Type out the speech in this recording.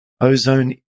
Ozone